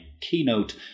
keynote